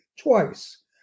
twice